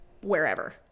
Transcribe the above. wherever